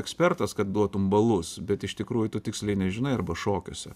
ekspertas kad duotum balus bet iš tikrųjų tu tiksliai nežinai arba šokiuose